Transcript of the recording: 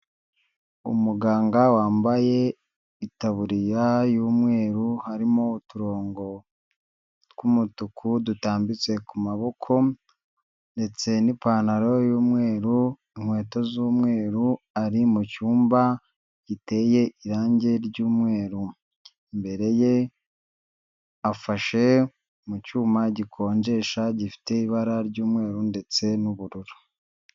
Umuganga wambaye itaburiya y'umweru, harimo uturongo tw'umutuku dutambitse ku maboko ndetse n'ipantaro y'umweru, inkweto z'umweru, ari mu cyumba giteye irangi ry'umweru, imbere ye afashe mu cyuma gikonjesha, gifite ibara ry'umweru ndetse n'ubururu.